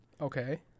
Okay